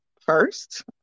first